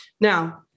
now